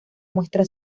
muestra